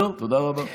תודה רבה.